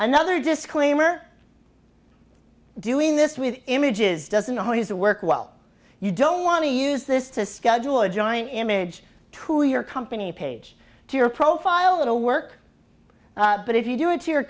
another disclaimer doing this with images doesn't always work well you don't want to use this to schedule a giant image to your company page to your profile it'll work but if you do it to your